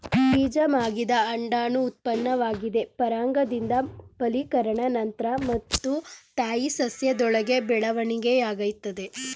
ಬೀಜ ಮಾಗಿದ ಅಂಡಾಣು ಉತ್ಪನ್ನವಾಗಿದೆ ಪರಾಗದಿಂದ ಫಲೀಕರಣ ನಂತ್ರ ಮತ್ತು ತಾಯಿ ಸಸ್ಯದೊಳಗೆ ಬೆಳವಣಿಗೆಯಾಗ್ತದೆ